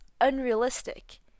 unrealistic